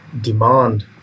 demand